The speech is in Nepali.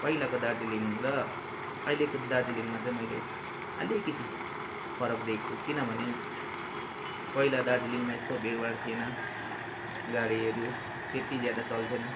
पहिलाको दार्जिलिङ र अहिलेको दार्जिलिङमा चाहिँ मैले अलिकति फरक देख्छु किनभने पहिला दार्जिलिङमा यस्तो भिड भाड थिएन गाडीहरू त्यति ज्यादा चल्थेन